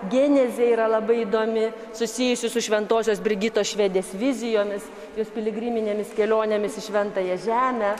genezė yra labai įdomi susijusi su šventosios brigitos švedės vizijomis jos piligriminėmis kelionėmis į šventąją žemę